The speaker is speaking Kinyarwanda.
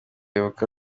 ibuka